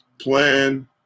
plan